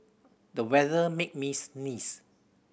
the weather made me sneeze